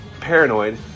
paranoid